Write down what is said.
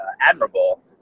admirable